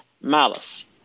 Malice